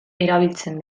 erabiltzen